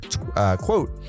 Quote